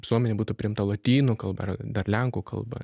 visuomenei būtų priimta lotynų kalba ar lenkų kalba